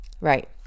Right